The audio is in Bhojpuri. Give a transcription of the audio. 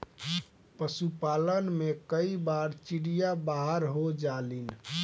पशुपालन में कई बार चिड़िया बाहर हो जालिन